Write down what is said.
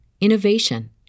innovation